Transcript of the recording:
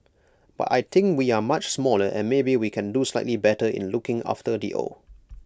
but I think we are much smaller and maybe we can do slightly better in looking after the old